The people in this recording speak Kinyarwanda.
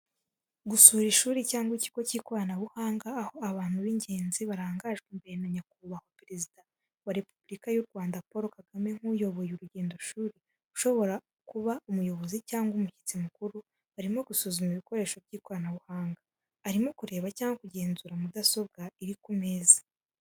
Gusura ishuri cyangwa ikigo cy’ikoranabuhanga aho abantu b’ingenzi, barangajwe imbere na nyakubahwa Perezida wa Repubulika y'u Rwanda Paul Kagame nk’uyoboye urugendoshuri ushobora akuba umuyobozi cyangwa umushyitsi mukuru barimo gusuzuma ibikoresho by’ikoranabuhanga. Arimo kureba cyangwa kugenzura mudasobwa iri ku meza.